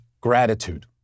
gratitude